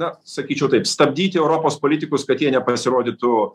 na sakyčiau taip stabdyti europos politikus kad jie nepasirodytų